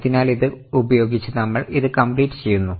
അതിനാൽ ഇത് ഉപയോഗിച്ച് നമ്മൾ ഇത് കംപ്ലീറ്റ് ചെയ്യുന്നു